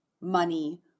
money